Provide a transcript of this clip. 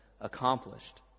accomplished